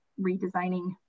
redesigning